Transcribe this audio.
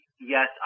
Yes